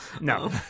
No